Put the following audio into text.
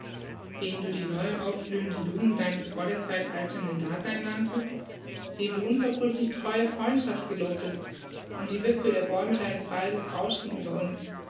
den du die neu aufblühende jugend deines vor der zeit alternden daseins nanntest dem du unverbrüchlich treue freundschaft gelobtest und die wipfel der bäume deines waldes rauschten über uns